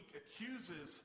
accuses